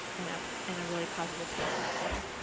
and um and a really positive sentiment there.